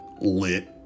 lit